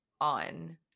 on